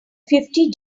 fifty